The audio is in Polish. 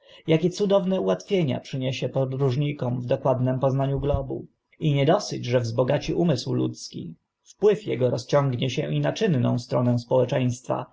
akie cudowne ułatwienia przyniesie podróżnikom w dokładnym poznaniu globu i nie dosyć że wzbogaci umysł ludzki wpływ ego rozciągnie się i na czynną stronę społeczeństwa